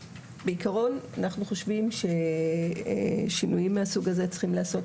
בעיקרון אנחנו חושבים ששינויים מהסוג הזה צריכים להיעשות